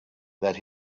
that